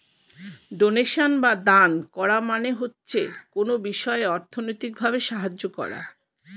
donation বা দান করা মানে হচ্ছে কোনো বিষয়ে অর্থনৈতিক ভাবে সাহায্য করা